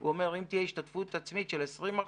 הוא אומר: אם תהיה השתתפות עצמית של 20%,